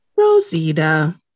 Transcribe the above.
Rosita